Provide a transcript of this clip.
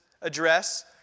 address